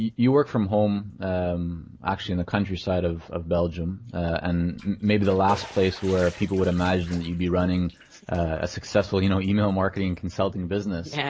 you work from home actually in the countryside of of belgium and maybe the last place where people would imagine that youid be running a successful you know email marketing consulting business, yeah